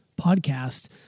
podcast